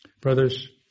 Brothers